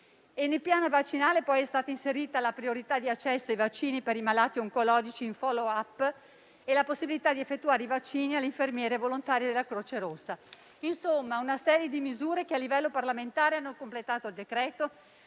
Nel piano vaccinale è stata inserita, inoltre, la priorità di accesso ai vaccini per i malati oncologici in *follow-up* e la possibilità di effettuare i vaccini alle infermiere volontarie della Croce Rossa. Insomma, si tratta di una serie di misure che a livello parlamentare hanno completato il decreto,